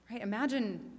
Imagine